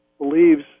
believes